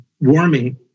warming